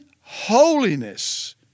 holiness